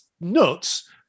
nuts